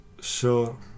Sure